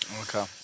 Okay